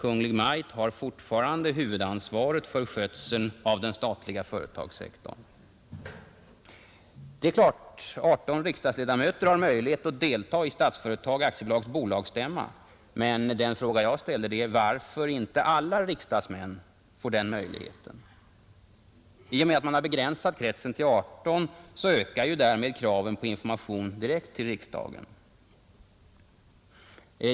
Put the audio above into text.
Maj:t har fortfarande huvudansvaret för skötseln av den statliga företagssektorn.” 18 riksdagsledamöter har möjlighet att delta i Statsföretags bolagsstämma, men jag ställer frågan varför inte alla riksdagsmän får den möjligheten. I och med att kretsen har begränsats till 18 ökar kravet på information direkt till riksdagen.